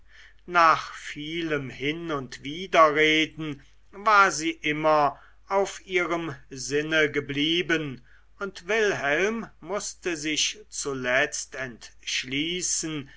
nach vielem hin und widerreden war sie immer auf ihrem sinne geblieben und wilhelm mußte sich zuletzt entschließen